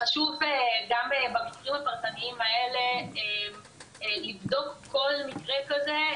חשוב גם במקרים הפרטניים האלה לבדוק כל מקרה כזה,